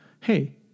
hey